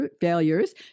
failures